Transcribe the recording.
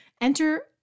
Enter